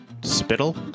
Spittle